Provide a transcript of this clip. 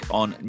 on